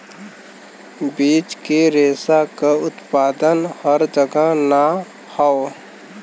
बीज के रेशा क उत्पादन हर जगह ना हौ